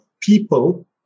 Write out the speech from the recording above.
people